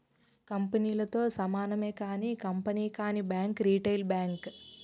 కంపెనీలతో సమానమే కానీ కంపెనీ కానీ బ్యాంక్ రిటైల్ బ్యాంక్